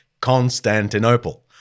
Constantinople